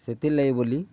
ସେଥିର୍ ଲାଗି ବୋଲି